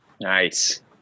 Nice